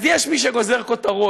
אז יש מי שגוזר כותרות,